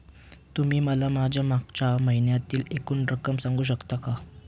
तुम्ही मला माझ्या मागच्या महिन्यातील एकूण रक्कम सांगू शकाल का?